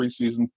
preseason